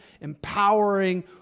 empowering